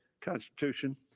Constitution